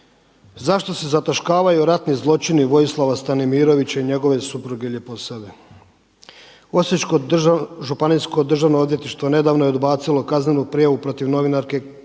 zašto se zataškavaju ratni zločini Vojislava Stanimirovića i njegove supruge Ljeposave. Osječko županijsko državno odvjetništvo nedavno je odbacilo kaznenu prijavu protiv novinarke Karoline